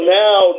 now